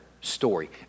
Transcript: story